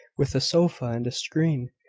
with a sofa and a screen,